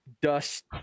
dust